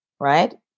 Right